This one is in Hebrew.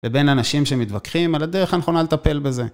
ובין אנשים שמתווכחים על הדרך הנכונה לטפל בזה.